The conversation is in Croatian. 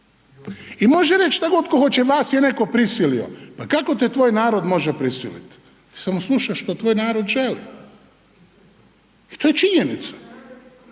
I može reći šta god tko hoće vas je neko prisilio. Pa kako te tvoj narod može prisilit? Samo slušaš šta tvoj narod želi. I to je činjenica.